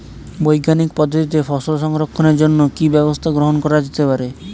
বৈজ্ঞানিক পদ্ধতিতে ফসল সংরক্ষণের জন্য কি ব্যবস্থা গ্রহণ করা যেতে পারে?